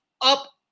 up